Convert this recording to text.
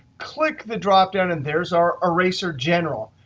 click the dropdown, and there's our eraser general.